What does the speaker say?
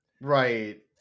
Right